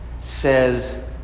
says